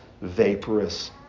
vaporous